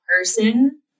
person